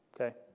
okay